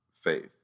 faith